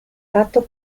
fatto